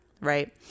right